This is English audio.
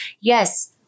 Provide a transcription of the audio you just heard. yes